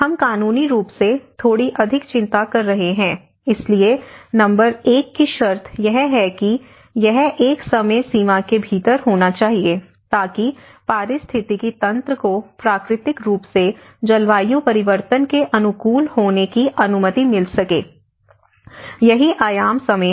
हम कानूनी रूप से थोड़ी अधिक चिंता कर रहे हैं इसलिए नंबर 1 की शर्त यह है कि यह एक समय सीमा के भीतर होना चाहिए ताकि पारिस्थितिकी तंत्र को प्राकृतिक रूप से जलवायु परिवर्तन के अनुकूल होने की अनुमति मिल सके यही आयाम समय है